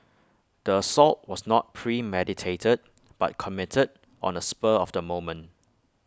the assault was not premeditated but committed on A spur of the moment